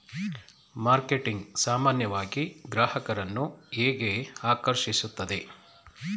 Marketing ಸಾಮಾನ್ಯವಾಗಿ ಗ್ರಾಹಕರನ್ನು ಹೇಗೆ ಆಕರ್ಷಿಸುತ್ತದೆ?